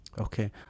okay